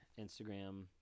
instagram